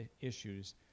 issues